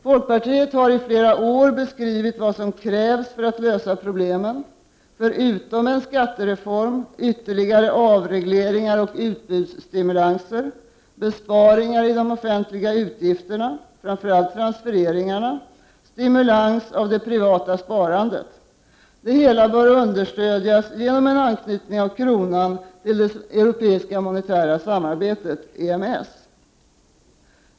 Folkpartiet har i flera år beskrivit vad som krävs för att lösa problemen: förutom en skattereform ytterligare avregleringar och utbudsstimulanser, begränsningar i de offentliga utgifterna, framför allt transfereringarna, stimulans av det privata sparandet. Det hela bör understödjas genom en anknytning av kronan till det europeiska monetära samarbetet EMS.